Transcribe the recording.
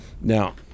now